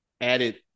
added